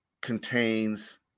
contains